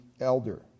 elder